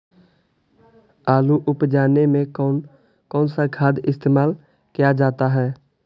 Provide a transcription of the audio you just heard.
आलू उप जाने में कौन कौन सा खाद इस्तेमाल क्या जाता है?